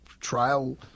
trial